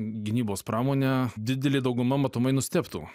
gynybos pramonę didelė dauguma matomai nustebtų